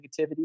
negativity